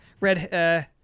Red